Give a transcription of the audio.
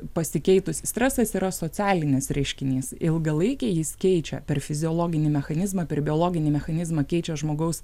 pasikeitus stresas yra socialinis reiškinys ilgalaikiai jis keičia per fiziologinį mechanizmą per biologinį mechanizmą keičia žmogaus